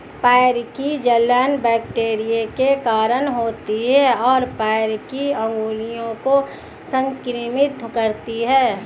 पैर की जलन बैक्टीरिया के कारण होती है, और पैर की उंगलियों को संक्रमित करती है